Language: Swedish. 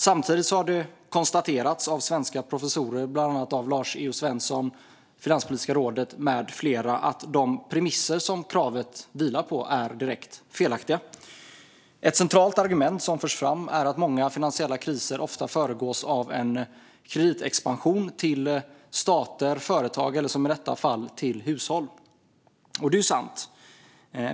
Samtidigt har det konstaterats av svenska professorer, bland annat av Lars E O Svensson, Finanspolitiska rådet, med flera att de premisser som kravet vilar på är direkt felaktiga. Ett centralt argument som förs fram är att många finansiella kriser ofta föregås av en kreditexpansion till stater, företag eller, som i detta fall, hushåll. Det är sant.